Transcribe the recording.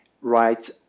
right